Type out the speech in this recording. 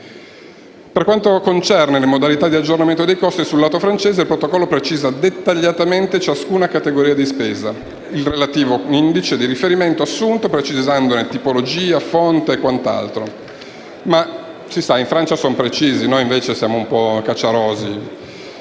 Per quanto concerne le modalità di aggiornamento dei costi sul lato francese, il Protocollo precisa dettagliatamente, per ciascuna categoria di spesa, il relativo indice di riferimento assunto, precisandone tipologia, fonte e quant'altro. Ma, si sa, in Francia sono precisi, noi invece siamo un po' caciaroni.